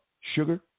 sugar